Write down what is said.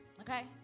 okay